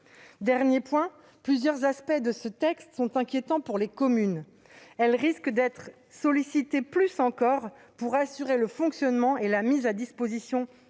Dernier point, plusieurs aspects de ce texte sont inquiétants pour les communes. Celles-ci risquent d'être sollicitées plus encore pour assurer le fonctionnement et la mise à disposition